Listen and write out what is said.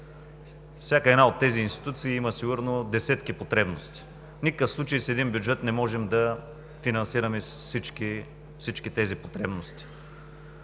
Всяка една от тези институции има сигурно десетки потребности. В никакъв случай с един бюджет не можем да финансираме всички тези потребности.